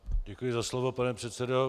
Děkuji za slovo, pane předsedo.